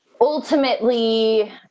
ultimately